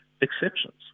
exceptions